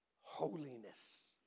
holiness